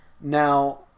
now